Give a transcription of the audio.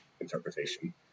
interpretation